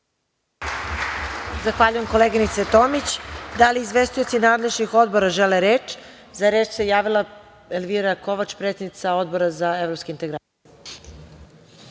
Zahvaljujem koleginici Tomić. Da li izvestioci nadležnih odbora žele reč? Za reč se javila Elvira Kovač, predsednica Odbora za evropske integracije.